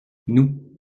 nous